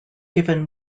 given